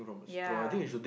ya